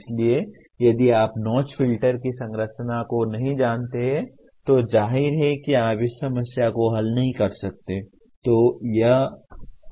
इसलिए यदि आप नौच फ़िल्टर की संरचना को नहीं जानते हैं तो जाहिर है कि आप इस समस्या को हल नहीं कर सकते